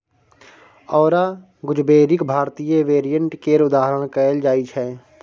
औरा गुजबेरीक भारतीय वेरिएंट केर उदाहरण कहल जाइ छै